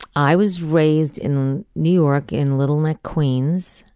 i was raised in new york, in little neck, queens.